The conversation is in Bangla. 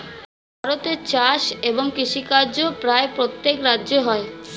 ভারতে চাষ এবং কৃষিকাজ প্রায় প্রত্যেক রাজ্যে হয়